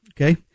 Okay